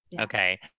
okay